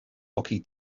hockey